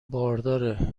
بارداره